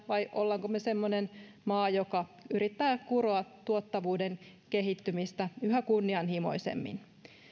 vai olemmeko me semmoinen maa joka yrittää kuroa tuottavuuden kehittymistä yhä kunnianhimoisemmin